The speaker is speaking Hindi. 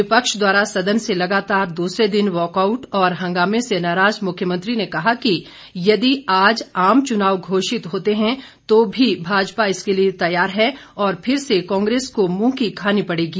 विपक्ष द्वारा सदन से लगातार दूसरे दिन वॉकआउट और हंगामे से नाराज मुख्यमंत्री ने कहा कि यदि आज आम चुनाव घोषित होते तो भी भाजपा इसके लिए तैयार है और फिर से कांग्रेस को मुंह की खानी पड़ेगी